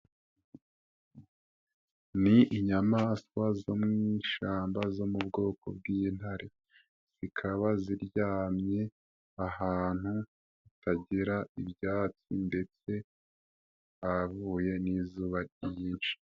Ni inyamaswa zo mu ishyamba zo mu bwoko bw'intare zikaba ziryamye ahantu hatagira ibyatsi ndetse havuye n'izuba ryinshi.